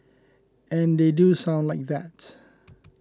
and they do sound like that